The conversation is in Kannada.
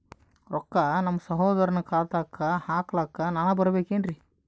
ರೊಕ್ಕ ನಮ್ಮಸಹೋದರನ ಖಾತಾಕ್ಕ ಹಾಕ್ಲಕ ನಾನಾ ಬರಬೇಕೆನ್ರೀ?